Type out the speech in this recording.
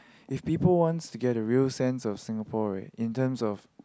if people wants to get a real sense of Singapore right in terms of